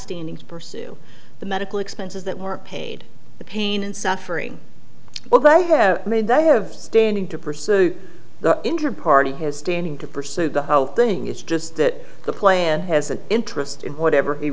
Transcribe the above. standing to pursue the medical expenses that were paid the pain and suffering while they have made they have standing to pursue the interparty his standing to pursue the whole thing it's just that the plan has an interest in whatever he